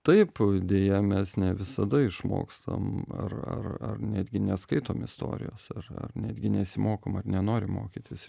taip deja mes ne visada išmokstam ar ar ar netgi neskaitom istorijos ar ar netgi nesimokom ar nenorim mokytis